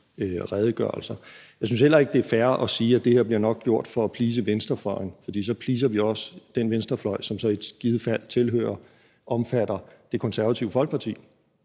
Jeg synes heller ikke, det er fair at sige, at det her nok bliver gjort for at please venstrefløjen, for så pleaser vi også den venstrefløj, som så i givet fald omfatter Det Konservative Folkeparti,